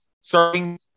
starting